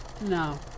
No